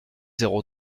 zéro